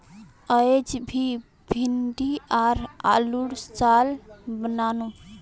अयेज मी भिंडी आर आलूर सालं बनानु